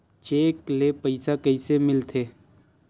Cheque ले पईसा कइसे मिलथे?